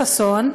שקד חסון.